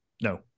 no